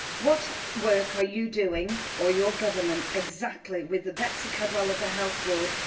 what work are you doing, or your government, exactly, with the betsi cadwaladr health board,